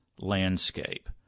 landscape